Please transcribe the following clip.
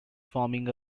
forming